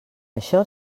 això